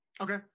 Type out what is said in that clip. Okay